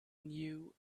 knew